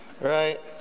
Right